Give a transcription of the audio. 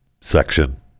section